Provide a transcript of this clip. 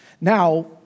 Now